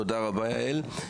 תודה רבה, יעל.